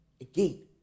again